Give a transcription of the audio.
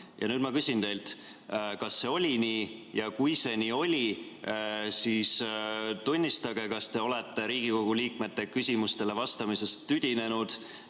saa. Nüüd ma küsin teilt, kas see oli nii. Ja kui see nii oli, siis tunnistage, kas te olete Riigikogu liikmete küsimustele vastamisest tüdinenud